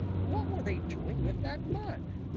what were they doing with that mud?